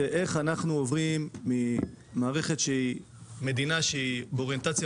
זה איך אנחנו עוברים ממערכת של מדינה שהיא באוריינטציה